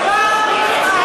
אתה גיבור ישראל,